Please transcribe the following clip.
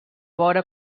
vora